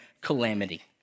calamity